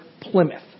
Plymouth